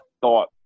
thought –